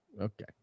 Okay